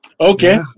okay